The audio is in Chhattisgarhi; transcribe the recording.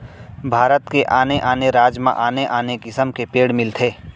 भारत के आने आने राज म आने आने किसम के पेड़ मिलथे